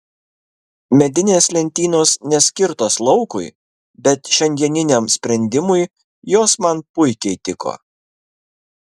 medinės lentynos neskirtos laukui bet šiandieniniam sprendimui jos man puikiai tiko